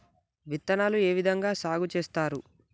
విత్తనాలు ఏ విధంగా సాగు చేస్తారు?